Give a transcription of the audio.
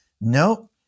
No